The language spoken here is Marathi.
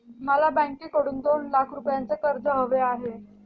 मला बँकेकडून दोन लाख रुपयांचं कर्ज हवं आहे